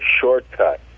shortcut